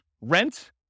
rent